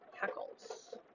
Hackles